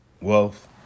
wealth